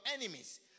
enemies